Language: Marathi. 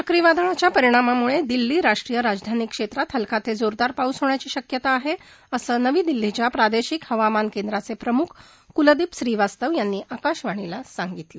चक्रीवादळाच्या परिणामामुळे दिल्ली राष्ट्रीय राजधानी क्षेत्रात हलका ते जोरदार पाऊस होण्याची शक्यता आहे असं नवी दिल्लीच्या प्रादेशिक हवामान केंद्राचे प्रमुख कुलदीप श्रीवास्तव यांनी आकाशवाणीला सांगितलं